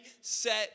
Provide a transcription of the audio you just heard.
set